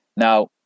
Now